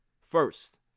first